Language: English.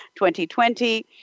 2020